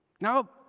Now